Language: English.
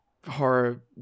horror